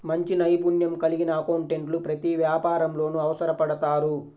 మంచి నైపుణ్యం కలిగిన అకౌంటెంట్లు ప్రతి వ్యాపారంలోనూ అవసరపడతారు